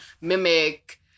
mimic